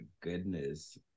goodness